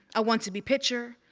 i want to be pitcher,